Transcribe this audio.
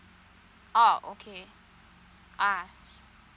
oh okay ah